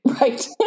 Right